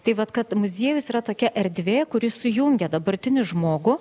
tai vat kad muziejus yra tokia erdvė kuri sujungia dabartinį žmogų